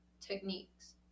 techniques